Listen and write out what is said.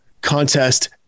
contest